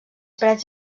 parets